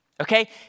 Okay